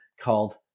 called